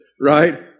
Right